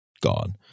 gone